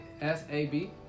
s-a-b